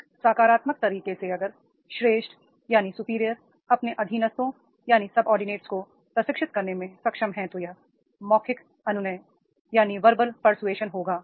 एक सकारात्मक तरीके से अगर श्रेष्ठ वे अपने अधीनस्थों को प्रशिक्षित करने में सक्षम हैं तो वह मौखिक अनुनय होगा